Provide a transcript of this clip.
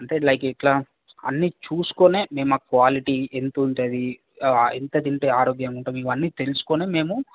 అంటే లైక్ ఇట్లా అన్నీ చూసుకునే మేము ఆ క్వాలిటీ ఎంత ఉంటుంది ఎంత తింటే ఆరోగ్యంగా ఉంటాము ఇవన్నీ తెలుసుకునే మేము